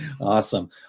Awesome